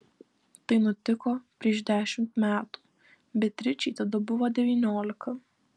tai nutiko prieš dešimt metų beatričei tada buvo devyniolika